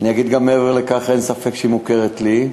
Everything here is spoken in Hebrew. אני אגיד גם מעבר לכך: אין ספק שהיא מוכרת לי,